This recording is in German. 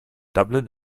dublin